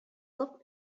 булып